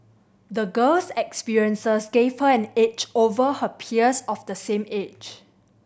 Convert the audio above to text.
the girl's experiences gave her an edge over her peers of the same age